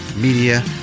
media